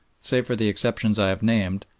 save for the exceptions i have named,